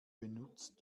benutzt